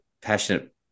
passionate